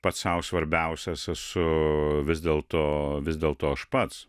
pats sau svarbiausias esu vis dėl to vis dėl to aš pats